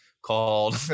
called